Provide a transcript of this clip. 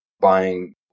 buying